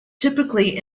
typically